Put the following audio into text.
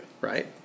right